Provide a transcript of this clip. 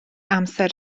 amser